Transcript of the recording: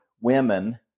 women